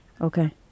Okay